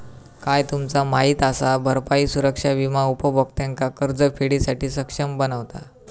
काय तुमचा माहित असा? भरपाई सुरक्षा विमा उपभोक्त्यांका कर्जफेडीसाठी सक्षम बनवता